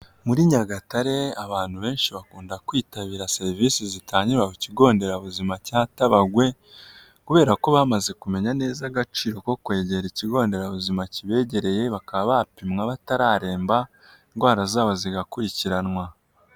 Muri Nyagatare, abantu benshi bakunda kwitabira serivisi zitangirwa ku kigo nderabuzima cya Tabagwe, kubera ko bamaze kumenya neza agaciro ko kwegera ikigo nderabuzima kibegereye bakaba bapimwa batararemba, indwara zabo zigakurikiranwa.